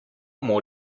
more